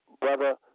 Brother